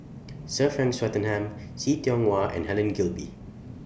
Sir Frank Swettenham See Tiong Wah and Helen Gilbey